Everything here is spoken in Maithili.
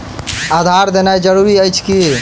आधार देनाय जरूरी अछि की?